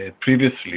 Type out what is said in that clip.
previously